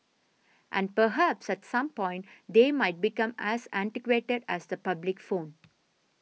and perhaps at some point they might become as antiquated as the public phone